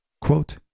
Quote